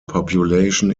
population